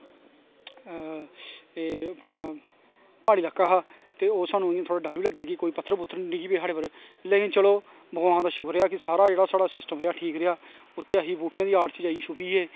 एह् अपनां प्हाड़ी ल्हाका हा ते स्हानू थोह्ड़ा डर बी लग्गेआ कि कोई पत्थर पुत्थर नी डिग्गी पवै साढ़े पर लेकिन भगवान दा शुकर ऐ जेह्ड़ी बी साढ़ा सिस्टम रेहा ठीक रेहा उत्थें अश बूह्टें दी आड़ च जाईयै छप्पी गे